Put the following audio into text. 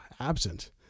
absent